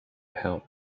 help